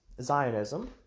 Zionism